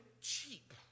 cheap